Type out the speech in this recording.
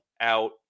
out